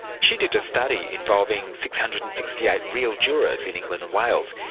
she did a study involving six hundred and sixty eight real jurors in england and wales,